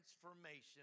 transformation